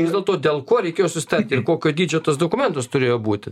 vis dėlto dėl ko reikėjo susitarti ir kokio dydžio tas dokumentas turėjo būti